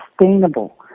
sustainable